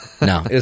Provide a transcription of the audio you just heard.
No